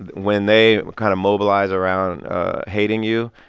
and when they kind of mobilize around hating you,